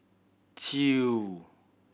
two